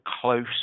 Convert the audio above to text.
close